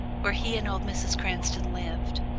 where he and old mrs. cranston lived.